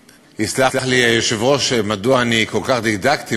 יסלח לי היושב-ראש, מדוע אני כל כך דידקטי?